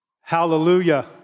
hallelujah